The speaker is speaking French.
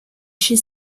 chez